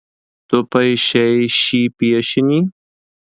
tu paišei šį piešinį